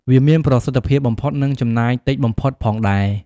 វាមានប្រសិទ្ធភាពបំផុត និងចំណាយតិចបំផុតផងដែរ។